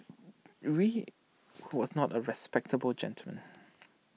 was not A respectable gentleman